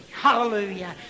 Hallelujah